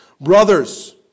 Brothers